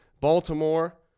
Baltimore